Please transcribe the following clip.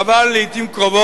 אבל לעתים קרובות